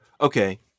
Okay